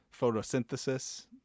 photosynthesis